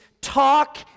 talk